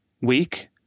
week